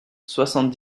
soixante